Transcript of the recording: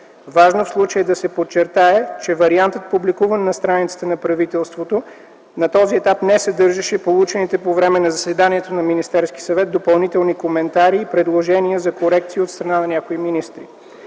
Важно в случая е да се подчертае, че вариантът, публикуван на страницата на правителството, на този етап не съдържаше получените по време на заседанието на Министерски съвет допълнителни коментари и предложения за корекции от страна на някои министри.